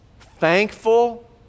thankful